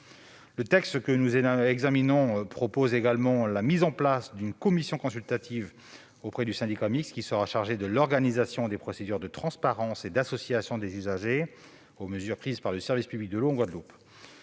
le texte que nous examinons crée une commission consultative auprès du syndicat mixte, qui sera chargée de l'organisation des procédures de transparence et d'association des usagers aux mesures prises par le service public de l'eau en Guadeloupe.